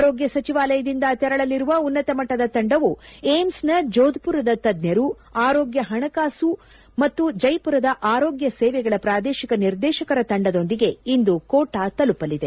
ಆರೋಗ್ಲ ಸಚಿವಾಲಯದಿಂದ ತೆರಳಲಿರುವ ಉನ್ನತ ಮಟ್ಟದ ತಂಡವು ಏಮ್ಲ್ ನ ಜೋಧ್ ಪುರದ ತಜ್ಜರು ಆರೋಗ್ಲ ಪಣಕಾಸು ಮತ್ತು ಜೈಪುರದ ಆರೋಗ್ಲ ಸೇವೆಗಳ ಪ್ರಾದೇಶಿಕ ನಿರ್ದೇಶಕರ ತಂಡದೊಂದಿಗೆ ಇಂದು ಕೋಟಾ ತಲುಪಲಿದೆ